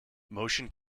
motion